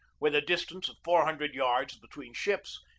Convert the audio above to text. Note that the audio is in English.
with a distance of four hundred yards be tween ships,